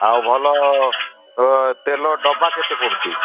ଆଉ ଭଲ ତେଲ ଡ଼ବା କେତେ ପଡ଼ୁଛି